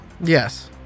Yes